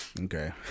Okay